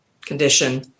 condition